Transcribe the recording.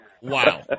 Wow